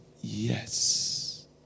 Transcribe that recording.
yes